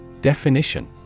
Definition